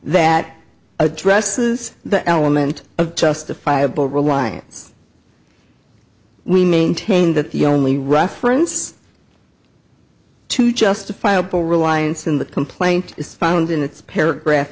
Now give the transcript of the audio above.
that addresses the element of justifiable reliance we maintain that the only reference to justifiable reliance in the complaint is found in its paragraph